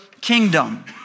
kingdom